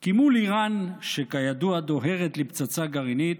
כי מול איראן, שכידוע, דוהרת לפצצת גרעינית,